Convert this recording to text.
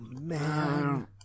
man